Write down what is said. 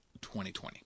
2020